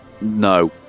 No